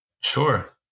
Sure